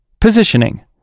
Positioning